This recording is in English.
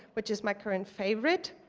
which is my current favorite.